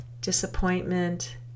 disappointment